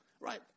Right